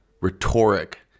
rhetoric